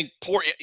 poor